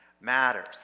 matters